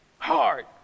hard